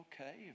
okay